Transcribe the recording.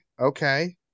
Okay